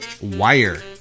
wire